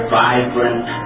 vibrant